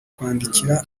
kwandikira